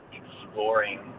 exploring